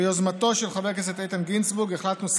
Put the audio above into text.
ביוזמתו של חבר הכנסת איתן גינזבורג החלטנו,